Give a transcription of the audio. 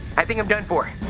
i think i'm done for.